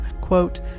quote